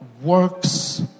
works